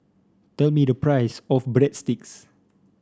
tell me the price of Breadsticks